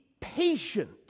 patient